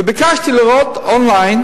ביקשתי לראות און-ליין